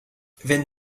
wenn